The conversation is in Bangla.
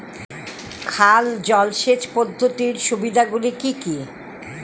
খাল জলসেচ পদ্ধতির সুবিধাগুলি কি কি?